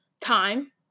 time